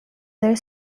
their